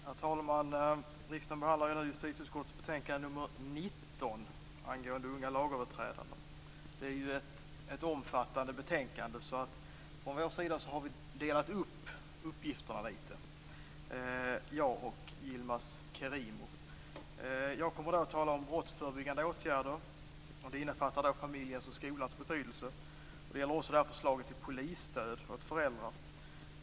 Herr talman! Riksdagen behandlar nu justitieutskottets betänkande 19 angående unga lagöverträdare. Det är ett omfattande betänkande. Från vår sida har vi delat upp uppgifterna, jag och Yilmaz Kerimo. Jag kommer att tala om brottsförebyggande åtgärder. Det innefattar familjens och skolans betydelse. Det gäller också förslaget om polisstöd åt föräldrar.